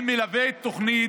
אני מלווה את תוכנית,